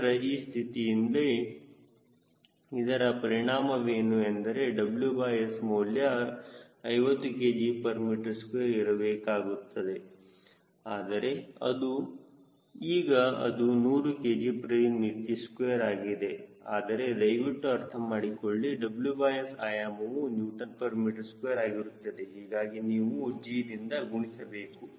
ನಂತರ ಈ ಸ್ಥಿತಿಯಲ್ಲಿ ಇದರ ಪರಿಣಾಮವೇನು ಎಂದರೆ WS ಮೌಲ್ಯ 50 kgm2 ಇರಬೇಕಾಗಿತ್ತು ಆದರೆ ಈಗ ಅದು 100 kgm2 ಆಗಿದೆ ಆದರೆ ದಯವಿಟ್ಟು ಅರ್ಥ ಮಾಡಿಕೊಳ್ಳಿ WS ಆಯಾಮವೂ Nm2 ಆಗಿರುತ್ತದೆ ಹೀಗಾಗಿ ನೀವು g ದಿಂದ ಗುಣಿಸಬೇಕು